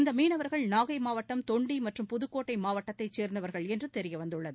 இந்த மீனவர்கள் நாகை மாவட்டம் தொண்டி மற்றும் புதுக்கோட்டை மாவட்டத்தைச் சேர்ந்தவர்கள் என்று தெரியவந்துள்ளது